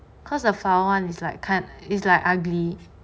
cause the flower one is like kind is like ugly